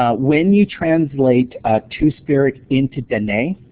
ah when you translate two-spirit into dene,